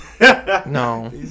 No